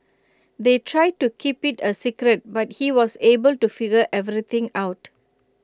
they tried to keep IT A secret but he was able to figure everything out